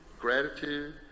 gratitude